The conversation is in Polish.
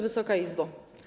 Wysoka Izbo!